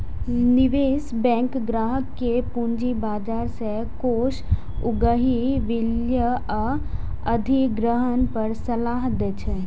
निवेश बैंक ग्राहक कें पूंजी बाजार सं कोष उगाही, विलय आ अधिग्रहण पर सलाह दै छै